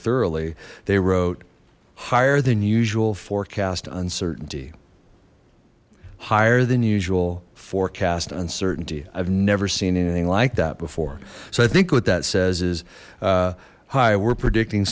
thoroughly they wrote higher than usual forecast uncertainty higher than usual forecast uncertainty i've never seen anything like that before so i think what that says is hi we're predicting